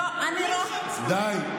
די.